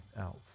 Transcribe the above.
else